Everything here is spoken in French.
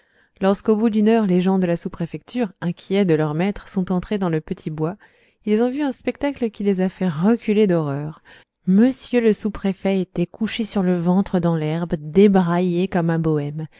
au bout d'une heure les gens de la sous-préfecture inquiets de leur maître sont entrés dans le petit bois ils ont vu un spectacle qui les a fait reculer d'horreur m le sous-préfet était couché sur le ventre dans l'herbe débraillé comme un bohème